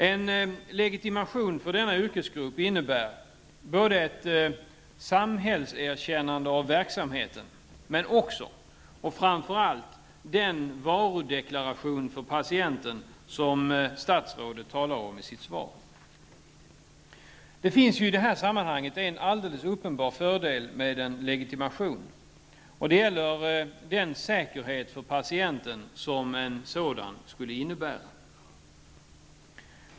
En legitimation för denna yrkesgrupp innebär ett samhällserkännande av verksamheten men också, och framför allt, den varudeklaration för patienten som statsrådet talar om i sitt svar. Det finns ju i det här sammanhanget en alldeles uppenbar fördel med en legitimation. Det gäller den säkerhet för patienten som en sådan skulle innebära.